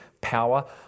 power